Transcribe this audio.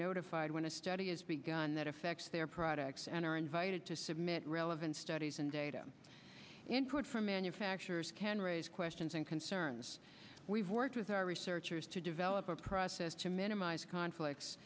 notified when a study is begun that affects their products and are invited to submit relevant studies and data input from manufacturers can raise questions and concerns we've worked with our researchers to develop a process to minimize conflicts